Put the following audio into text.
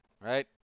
right